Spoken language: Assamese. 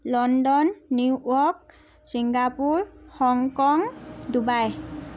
London New York Singapore Hong Kong Dubai